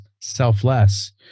selfless